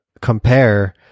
compare